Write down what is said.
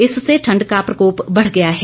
इससे ठण्ड का प्रकोप बढ़ गया है